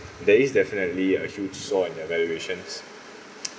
there is definitely a huge soar in their valuations